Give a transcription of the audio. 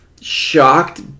shocked